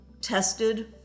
tested